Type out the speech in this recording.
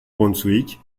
brunswick